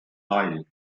eye